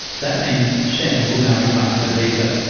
that means shen will now be granted a visa,